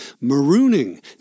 Marooning